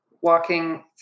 walking